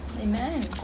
Amen